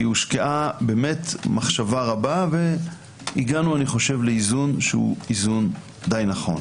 הושקעה מחשבה רבה והגענו לאיזון נכון.